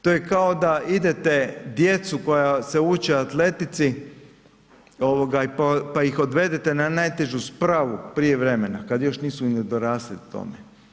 To je kao da idete djecu koja se uče atletici ovoga pa ih odvedene na najtežu spravu prije vremena kad još nisu ni dorasli tome.